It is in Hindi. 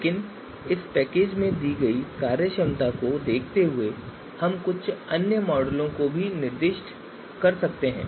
लेकिन इस पैकेज में दी गई कार्यक्षमता को देखते हुए हम कुछ अन्य मॉडलों को भी निर्दिष्ट कर सकते हैं